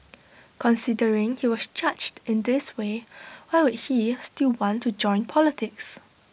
considering he was judged in this way why would he still want to join politics